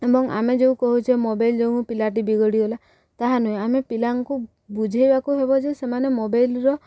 ଏବଂ ଆମେ ଯେଉଁ କହୁଛେ ମୋବାଇଲ୍ ଯୋଉଁ ପିଲାଟି ବିଗଡ଼ିଗଲା ତାହା ନୁହେଁ ଆମେ ପିଲାଙ୍କୁ ବୁଝେଇବାକୁ ହେବ ଯେ ସେମାନେ ମୋବାଇଲ୍ର